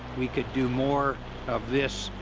we could do more of this,